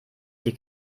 die